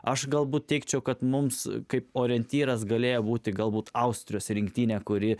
aš galbūt teigčiau kad mums kaip orientyras galėjo būti galbūt austrijos rinktinę kuri